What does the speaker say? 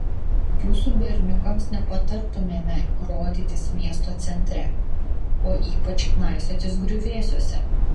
jūsų berniukams nepatartumėme rodytis miesto centre o ypač knaisiotis griuvėsiuose